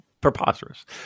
preposterous